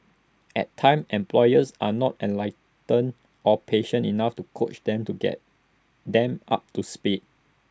at times employers are not enlightened or patient enough to coach them to get them up to speed